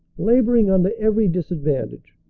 labor ing under every disadvantage,